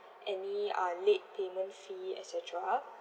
any uh late payment fee et cetera